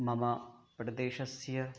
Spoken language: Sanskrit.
मम प्रदेशस्य